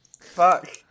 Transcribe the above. Fuck